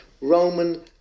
Roman